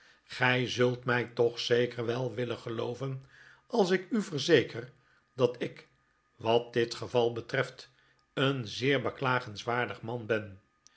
gij zult mij toch zeker wel willen gelooven als ik u verzeker dat ik wat dit geval betreft een zeer beklagenswaardig man ben